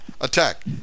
Attack